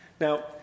Now